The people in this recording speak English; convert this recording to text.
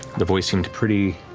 the voice seemed pretty